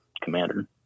commander